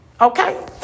Okay